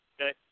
Okay